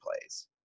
plays